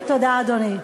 תודה, אדוני.